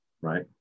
right